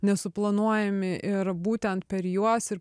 nesuplanuojami ir būtent per juos ir